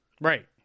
Right